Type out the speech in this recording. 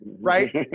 Right